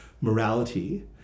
morality